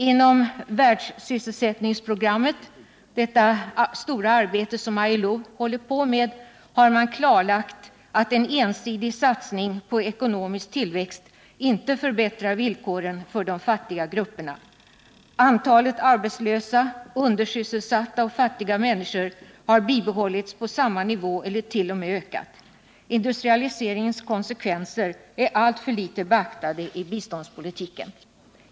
Inom världssysselsättningsprogrammet, detta stora arbete som ILO håller på med, har man klarlagt att en ensidig satsning på ekonomisk tillväxt inte förbättrar villkoren för de fattiga grupperna. Antalet arbetslösa, undersysselsatta och fattiga människor har stått på samma nivå eller t.o.m. ökat. Industrialiseringens konsekvenser är alltför litet beaktade i biståndspolitiken.